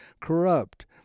corrupt